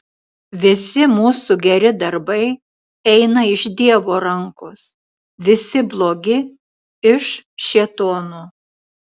visi mūsų geri darbai eina iš dievo rankos visi blogi iš šėtono